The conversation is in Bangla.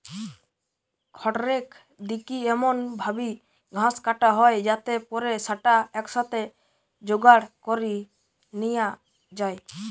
খড়রেক দিকি এমন ভাবি ঘাস কাটা হয় যাতে পরে স্যাটা একসাথে জোগাড় করি নিয়া যায়